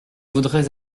voudrais